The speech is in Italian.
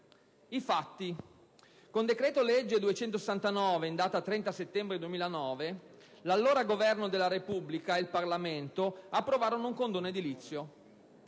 ai fatti, con decreto-legge n. 269 del 30 settembre 2003, l'allora Governo della Repubblica ed il Parlamento approvarono un condono edilizio